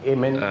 Amen